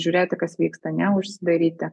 žiūrėti kas vyksta neužsidaryti